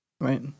Right